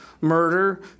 murder